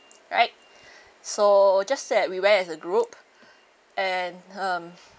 right so just that we went as a group and um